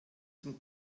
zum